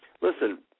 listen